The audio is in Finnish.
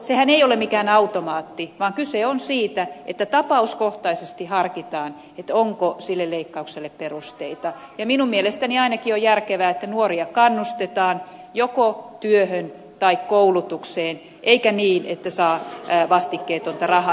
sehän ei ole mikään automaatti vaan kyse on siitä että tapauskohtaisesti harkitaan onko sille leikkaukselle perusteita ja minun mielestäni ainakin on järkevää että nuoria kannustetaan joko työhön tai koulutukseen eikä niin että saa vastikkeetonta rahaa